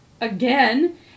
again